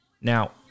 Now